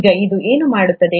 ಈಗ ಇದು ಏನು ಮಾತನಾಡುತ್ತದೆ